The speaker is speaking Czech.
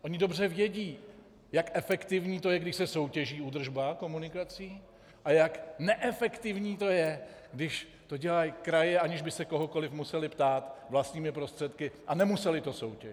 Oni dobře vědí, jak efektivní to je, když se soutěží údržba komunikací, a jak neefektivní to je, když to dělají kraje, aniž by se kohokoliv musely ptát, vlastními prostředky, a nemusely to soutěžit.